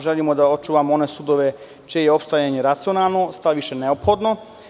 Želimo da očuvamo one sudove čije je opstajanje racionalno, štaviše neophodno.